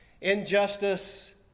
Injustice